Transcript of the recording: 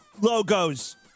logos